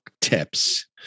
tips